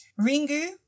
Ringu